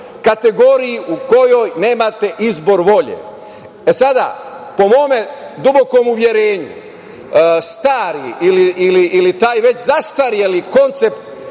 kategoriji u kojoj nemate izbor volje.E sada, po mom dubokom uverenju, stari ili taj već zastareli koncept